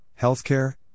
healthcare